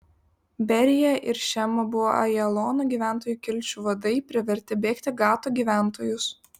berija ir šema buvo ajalono gyventojų kilčių vadai privertę bėgti gato gyventojus